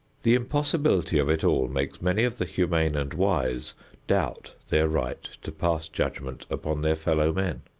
the impossibility of it all makes many of the humane and wise doubt their right to pass judgment upon their fellow man.